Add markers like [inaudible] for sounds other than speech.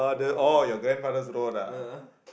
oh [breath] yeah